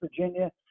Virginia